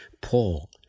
Paul